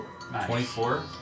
24